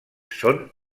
són